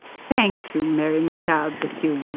thank you mary mcleod bethune.